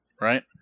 Right